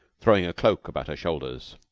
throwing a cloak about her shoulders,